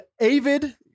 avid